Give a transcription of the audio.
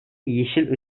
yeşil